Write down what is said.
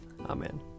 Amen